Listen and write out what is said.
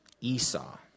Esau